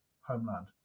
homeland